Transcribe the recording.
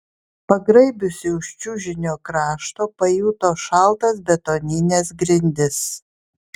pagraibiusi už čiužinio krašto pajuto šaltas betonines grindis